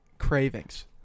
cravings